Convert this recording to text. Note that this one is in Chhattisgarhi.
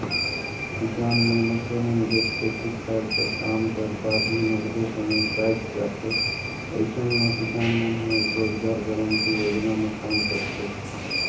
किसान मइनसे मन जग खेती खायर कर काम कर बाद भी नगदे समे बाएच जाथे अइसन म किसान मन ह रोजगार गांरटी योजना म काम करथे